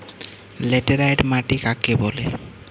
Laterite মাটি কাকে বলে?